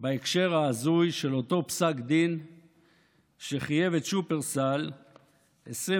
בהקשר ההזוי של אותו פסק דין שחייב את שופרסל ב-25,000